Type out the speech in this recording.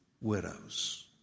widows